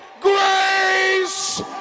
grace